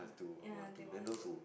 ya they want to